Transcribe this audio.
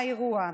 לא רווחי.